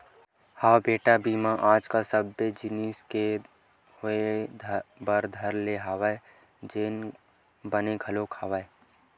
हव बेटा बीमा आज कल सबे जिनिस के होय बर धर ले हवय जेनहा बने घलोक हवय